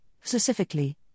specifically